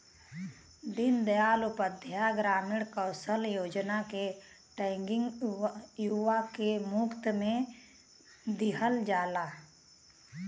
दीन दयाल उपाध्याय ग्रामीण कौशल योजना क ट्रेनिंग युवा के मुफ्त में दिहल जाला